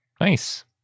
Nice